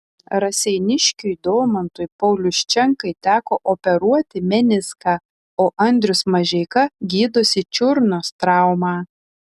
raseiniškiui domantui pauliuščenkai teko operuoti meniską o andrius mažeika gydosi čiurnos traumą